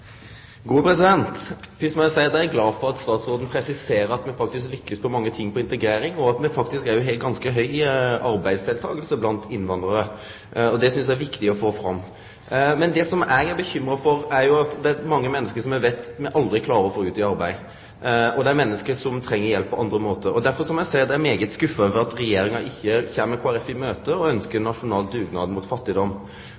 glad for at statsråden presiserer at me faktisk lykkast på mange ting med integrering, og at me faktisk òg har ganske høg arbeidsdeltaking blant innvandrarar. Det synest eg er viktig å få fram. Men det som eg er bekymra for, er at det er mange menneske som me veit me aldri klarer å få ut i arbeid. Det er menneske som treng hjelp på andre måtar. Derfor må eg seie at eg er skuffa over at Regjeringa ikkje kjem Kristeleg Folkeparti i møte og ønskjer ein nasjonal dugnad mot fattigdom. Spesielt når me snakkar om